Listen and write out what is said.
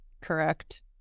Correct